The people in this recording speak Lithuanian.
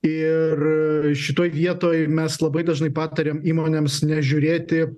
ir šitoj vietoj mes labai dažnai patariam įmonėms nežiūrėti